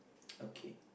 okay